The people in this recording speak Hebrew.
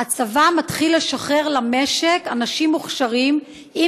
הצבא מתחיל לשחרר למשק אנשים מוכשרים עם